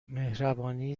مهربانی